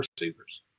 receivers